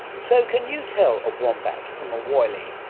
so can you tell a wombat from a woylie?